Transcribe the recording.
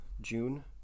June